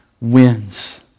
wins